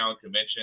convention